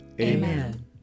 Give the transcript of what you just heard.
Amen